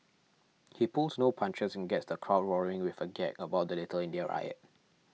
he pulls no punches and gets the crowd roaring with a gag about the Little India riot